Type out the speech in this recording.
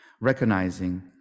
recognizing